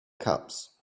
cups